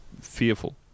fearful